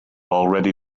already